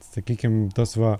sakykim tas va